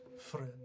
friend